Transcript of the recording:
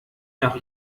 nach